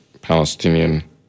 Palestinian